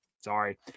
sorry